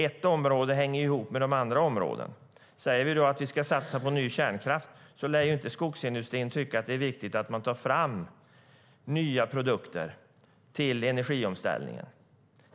Ett område hänger ju ihop med de andra områdena. Säger vi att vi ska satsa på ny kärnkraft lär inte skogsindustrin tycka att det är viktigt att ta fram nya produkter till energiomställningen.